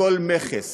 כל מכס